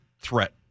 threat